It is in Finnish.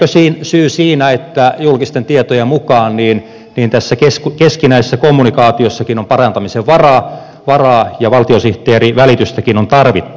lieneekö syy siinä että julkisten tietojen mukaan tässä keskinäisessä kommunikaatiossakin on parantamisen varaa ja valtiosihteerin välitystäkin on tarvittu